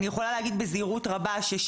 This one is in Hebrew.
אני יכולה להגיד בזהירות ש-60%,